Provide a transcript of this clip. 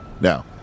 now